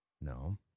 No